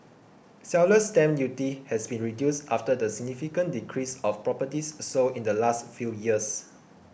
seller's stamp duty has been reduced after the significant decrease of properties sold in the last few years